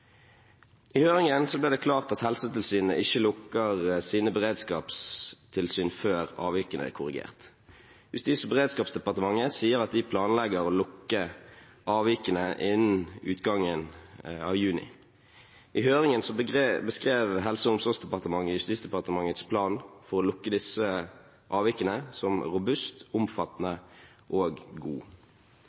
I høringen ble det klart at Helsetilsynet ikke lukker sine beredskapstilsyn før avvikene er korrigert. Justis- og beredskapsdepartementet sier at de planlegger å lukke avvikene innen utgangen av juni. I høringen beskrev Helse- og omsorgsdepartementet Justisdepartementets plan for å lukke disse avvikene som robust, omfattende og god.